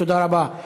תודה רבה.